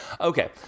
Okay